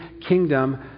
kingdom